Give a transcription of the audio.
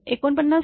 5 आहे